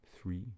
Three